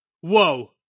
whoa